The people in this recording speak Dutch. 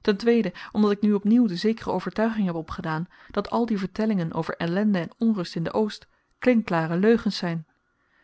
ten tweede omdat ik nu op nieuw de zekere overtuiging heb opgedaan dat al die vertellingen over ellende en onrust in den oost klinkklare leugens zyn